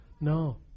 No